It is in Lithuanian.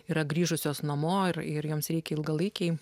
yra grįžusios namo ir ir joms reikia ilgalaikei